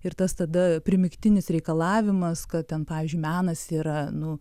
ir tas tada primygtinis reikalavimas kad ten pavyzdžiui menas yra nu